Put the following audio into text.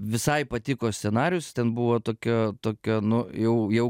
visai patiko scenarijus ten buvo tokia tokia nu jau jau